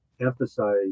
emphasize